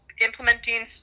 implementing